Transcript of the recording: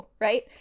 right